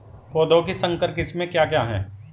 पौधों की संकर किस्में क्या क्या हैं?